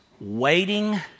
waiting